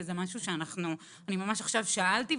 וזה משהו שאני ממש עכשיו שאלתי.